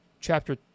Chapter